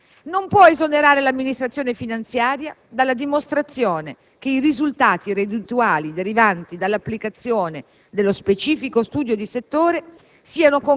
In conclusione, gli studi di settore, pur rappresentando uno strumento di immediato incremento del gettito erariale, nonché di contrasto a fenomeni evasivi,